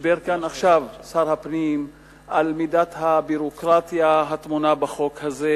דיבר כאן עכשיו שר הפנים על מידת הביורוקרטיה הטמונה בחוק הזה,